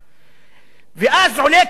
ואז עולה כאן סגן השר ואומר: